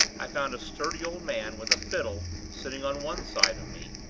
i found a sturdy old man with a fiddle sitting on one side of me,